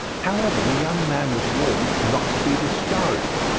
however, the young man was warned not to be discouraged.